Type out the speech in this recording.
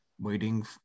waiting